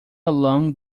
along